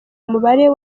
umubare